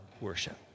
worship